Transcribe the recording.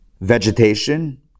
vegetation